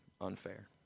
unfair